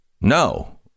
No